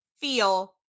feel